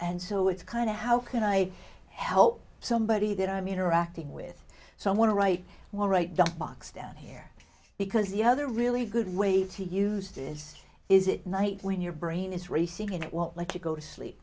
and so it's kind of how can i help somebody that i mean or acting with someone right all right don't box down because the other really good way to use this is it night when your brain is racing and it won't let you go to sleep